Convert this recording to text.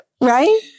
right